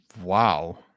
Wow